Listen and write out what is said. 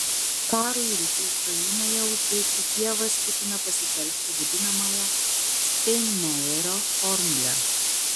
karui rytų ukrainoje užbaigti kijevas ketina pasitelkti vadinamąją steinmeierio formulę